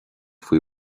faoi